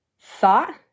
thought